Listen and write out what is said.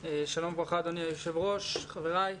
שלום וברכה אדוני היו"ר, חברי,